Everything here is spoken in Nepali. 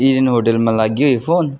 इडन होटलमा लाग्यो यो फोन